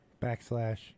backslash